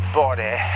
body